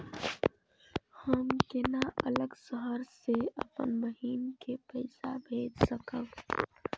हम केना अलग शहर से अपन बहिन के पैसा भेज सकब?